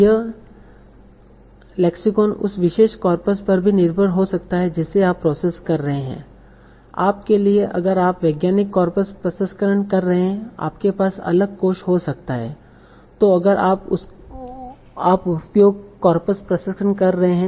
और यह लेक्सिकॉन उस विशेष कॉर्पस पर भी निर्भर हो सकता है जिसे आप प्रोसेस कर रहे हैं आप के लिए अगर आप वैज्ञानिक कॉर्पस प्रसंस्करण कर रहे हैं आपके पास अलग कोष हो सकता है तो अगर आप उपयोग कॉर्पस प्रसंस्करण कर रहे हैं